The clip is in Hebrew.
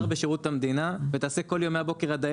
תשב שנה שלמה על השכר בשירות המדינה ולא תבין.